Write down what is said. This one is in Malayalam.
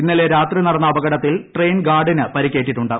ഇന്നലെ രാത്രി നടന്ന അപകടത്തിൽ ട്രെയിൻ ഗാർഡിന് പരിക്കേറ്റിട്ടുണ്ട്